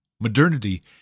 Modernity